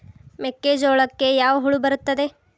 ಮೆಕ್ಕೆಜೋಳಕ್ಕೆ ಯಾವ ಹುಳ ಬರುತ್ತದೆ?